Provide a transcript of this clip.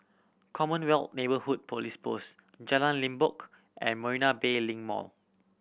Commonwealth Neighbourhood Police Post Jalan Limbok and Marina Bay Link Mall